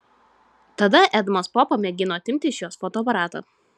tada edmas popa mėgino atimti iš jos fotoaparatą